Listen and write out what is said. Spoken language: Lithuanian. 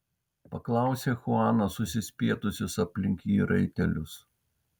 paklausė chuanas susispietusius aplink jį raitelius